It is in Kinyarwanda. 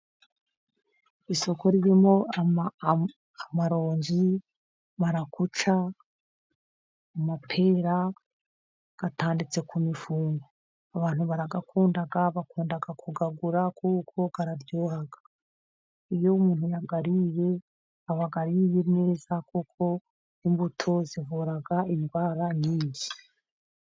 Isoko ririmo amarongi, marakuca, amapera atanditse ku mifungo abantu barayakunda bakunda kuyagura kuko araryoha iyo umuntuntu yayariye aba ariye neza kuko imbuto zivurabindwara nyinshi.